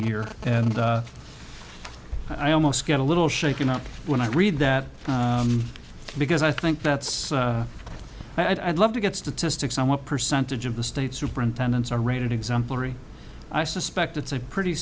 here and i almost got a little shaken up when i read that because i think that's i'd love to get statistics on what percentage of the state superintendents are rated exemplary i suspect it's a pretty